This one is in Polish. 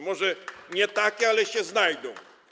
Może nie takie, ale się znajdą.